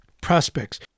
prospects